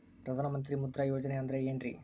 ಪ್ರಧಾನ ಮಂತ್ರಿ ಮುದ್ರಾ ಯೋಜನೆ ಅಂದ್ರೆ ಏನ್ರಿ?